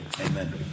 Amen